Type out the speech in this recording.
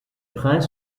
preis